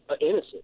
innocent